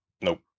Nope